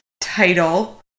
title